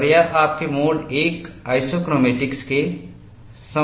और यह आपके मोड I आइसोक्रोमैटिक्स के समान है